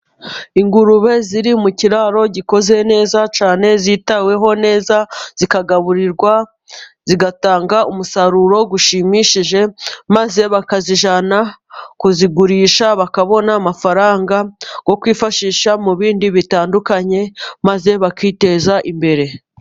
Ingurube ziri mu kiraro gikoze neza cyane, zitaweho neza, zikagaburirwa zigatanga umusaruro ushimishije, maze bakazijyana kuzigurisha bakabona amafaranga yo kwifashisha mu bindi bitandukanye, maze bakiteza imbere.